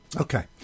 Okay